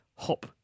Hop